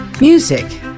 Music